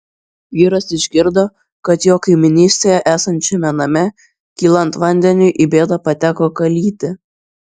vyras išgirdo kad jo kaimynystėje esančiame name kylant vandeniui į bėdą pateko kalytė